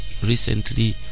Recently